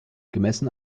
gemessen